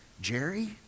Jerry